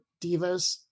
divas